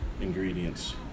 ingredients